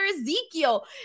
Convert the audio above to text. Ezekiel